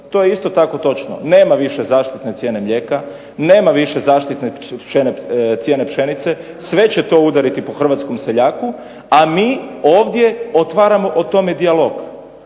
To je isto tako točno. Nema više zaštitne cijene mlijeka, nema više zaštitne cijene pšenice, sve će to udariti po hrvatskom seljaku, a mi ovdje otvaramo o tome dijalog.